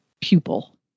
pupil